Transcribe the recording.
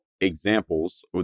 examples